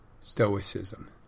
Stoicism